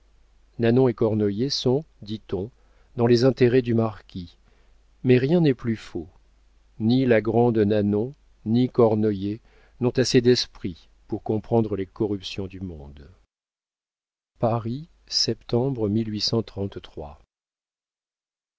nanon et cornoiller sont dit-on dans les intérêts du marquis mais rien n'est plus faux ni la grande nanon ni cornoiller n'ont assez d'esprit pour comprendre les corruptions du monde paris